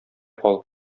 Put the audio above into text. кал